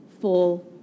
full